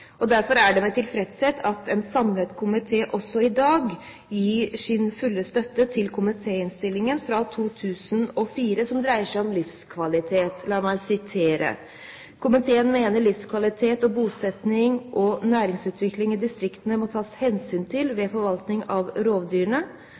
rovdyrforvaltning. Derfor er det med tilfredshet en ser at en samlet komité også i dag gir sin fulle støtte til komitéinnstillingen fra 2004 om livskvalitet. La meg sitere: «Komiteen mener livskvalitet og bosetning og næringsutvikling i distriktene må tas hensyn til ved